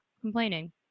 complaining